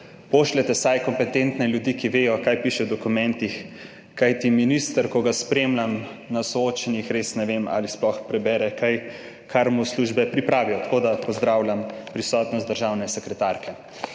Pošljite vsaj kompetentne ljudi, ki vedo, kaj piše v dokumentih, kajti za ministra, ko ga spremljam na soočenjih, res ne vem, ali sploh prebere kaj, kar mu službe pripravijo, tako da pozdravljam prisotnost državne sekretarke.